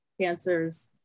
cancers